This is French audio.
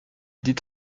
dit